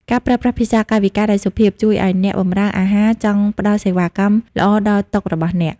ការប្រើប្រាស់ភាសាកាយវិការដែលសុភាព ជួយឱ្យអ្នកបម្រើអាហារចង់ផ្ដល់សេវាកម្មល្អដល់តុរបស់អ្នក។